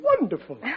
wonderful